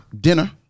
dinner